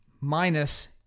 minus